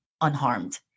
unharmed